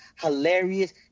hilarious